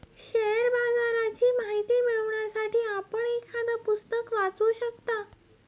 share बाजाराची माहिती मिळवण्यासाठी आपण एखादं पुस्तक वाचू शकता